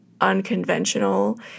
unconventional